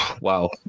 wow